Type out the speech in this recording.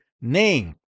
name